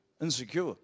insecure